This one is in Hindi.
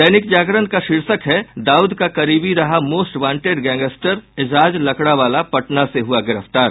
दैनिक जागरण का शीर्षक है दाउद का करीबी रहा most wanted gangster Ejaz Lakdawala Patna से हुआ गिरफ्तार